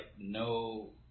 no